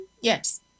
Yes